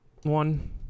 one